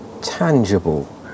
tangible